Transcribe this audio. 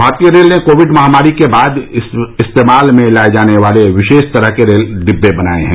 भारतीय रेल ने कोविड महामारी के बाद इस्तेमाल में लाए जाने वाले विशेष तरह के रेल डिब्बे बनाए हैं